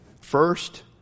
first